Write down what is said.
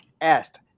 asked